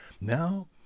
Now